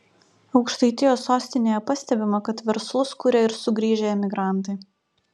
aukštaitijos sostinėje pastebima kad verslus kuria ir sugrįžę emigrantai